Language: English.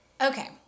Okay